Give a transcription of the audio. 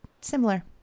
similar